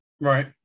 Right